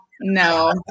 no